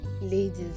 ladies